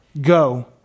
go